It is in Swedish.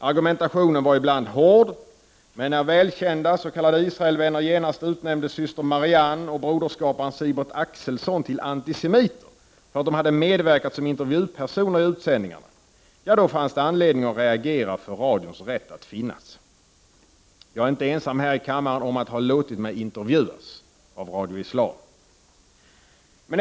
Argumentationen var ibland hård, men när välkända s.k. Israelvänner genast utnämnde Syster Marianne och broderskaparen Sigbert Axelson till antisemiter för att de medverkat som intervjupersoner i utsändningarna, fanns det anledning att reagera för radions rätt att finnas. Jag är inte ensam här i kammaren om att ha låtit mig intervjuas av Radio Islam.